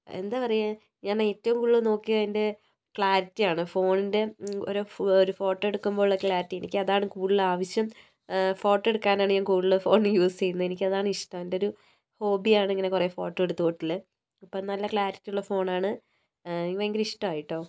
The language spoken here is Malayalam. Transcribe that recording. എന്താ പറയാ ഞാൻ ഏറ്റവും കൂടുതൽ നോക്കിയത് അതിൻ്റെ ക്ലാരിറ്റിയാണ് ഫോണിൻ്റെ ഓരോ ഒരു ഫോട്ടോ എടുക്കുമ്പോൾ ഉള്ള ക്ലാരിറ്റി എനിക്ക് അതാണ് കൂടുതൽ ആവശ്യം ഫോട്ടോ എടുക്കാനാണ് ഞാൻ കൂടുതലും ഫോൺ യൂസ് ചെയ്യുന്നത് എനിക്കതാണ് ഇഷ്ടം എൻ്റെ ഒരു ഹോബ്ബിയാണ് കുറേ ഫോട്ടോ എടുത്ത് കൂട്ടൽ അപ്പോൾ നല്ല ക്ലാരിറ്റിയുള്ള ഫോണാണ് എനിക്ക് ഭയങ്കര ഇഷ്ടമായി കേട്ടോ